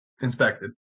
inspected